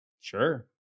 Sure